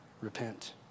repent